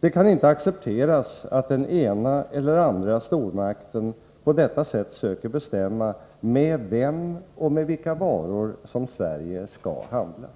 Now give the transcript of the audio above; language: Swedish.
Det kan inte accepteras att den ena eller andra stormakten på detta sätt söker bestämma med vem och med vilka varor som Sverige skall handla.